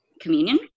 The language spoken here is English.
communion